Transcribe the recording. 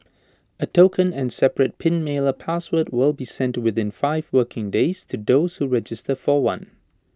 A token and separate pin mailer password will be sent within five working days to those who register for one